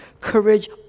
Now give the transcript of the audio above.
Courage